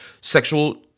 sexual